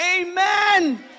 Amen